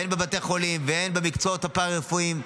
הן בבתי חולים והן במקצועות הפארה-רפואיים.